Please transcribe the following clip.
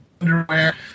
underwear